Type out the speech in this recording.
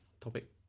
topic